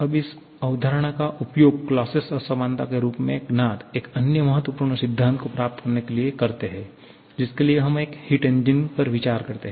अब इस अवधारणा का उपयोग क्लॉसियस असमानता के रूप में ज्ञात एक अन्य महत्वपूर्ण सिद्धांत को प्राप्त करने के लिए करते हैं जिसके लिए हम एक हिट इंजन पर विचार करते हैं